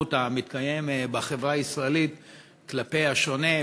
המתקיים בחברה הישראלית כלפי השונה,